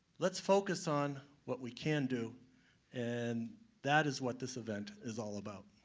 let's focus on what we can do and that is what this event is all about.